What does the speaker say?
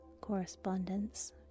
Correspondence